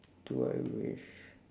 do I wish